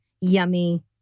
yummy